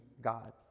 God